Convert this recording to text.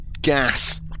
gas